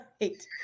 Right